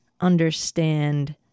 understand